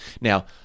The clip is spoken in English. now